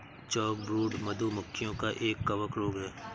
chalkbrood, मधु मक्खियों का एक कवक रोग है